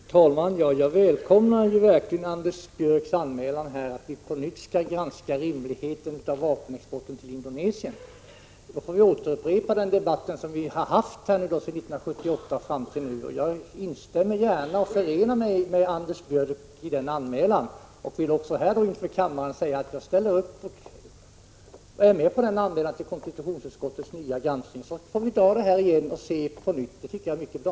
Fru talman! Jag välkomnar verkligen Anders Björcks anmälan här att konstitutionsutskottet på nytt skall granska rimligheten av vapenexporten till Indonesien. Därmed får vi upprepa den debatt som vi har fört från 1978 fram till nu. Jag välkomnar alltså denna anmälan. Det är ett mycket bra initiativ.